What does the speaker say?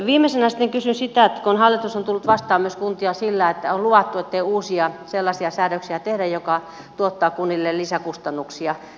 viimeisenä sitten kysyn sitä kun hallitus on tullut vastaan myös kuntia sillä että on luvattu ettei tehdä uusia sellaisia säädöksiä jotka tuottavat kunnille lisäkustannuksia